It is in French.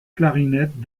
clarinette